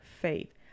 faith